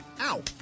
Ow